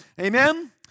Amen